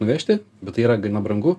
nuvežti bet tai yra gana brangu